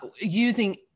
using